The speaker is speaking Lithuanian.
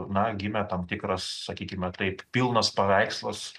na gimė tam tikras sakykime taip pilnas paveikslas